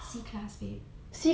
C class babe